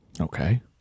Okay